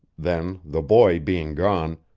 then, the boy being gone,